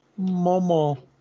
Momo